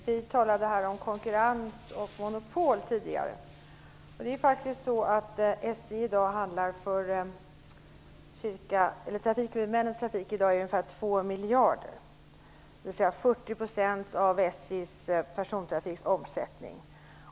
Fru talman! Vi talade tidigare, Jarl Lander, om konkurrens och monopol. Trafikhuvudmännen handlar i dag trafik för ungefär 2 miljarder, dvs. 40 % av SJ:s persontrafikomsättning.